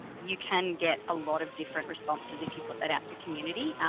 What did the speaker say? you can get a lot of different responses if you put that out to community.